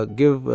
give